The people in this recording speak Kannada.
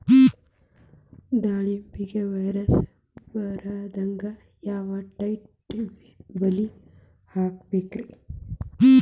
ದಾಳಿಂಬೆಗೆ ವೈರಸ್ ಬರದಂಗ ಯಾವ್ ಟೈಪ್ ಬಲಿ ಹಾಕಬೇಕ್ರಿ?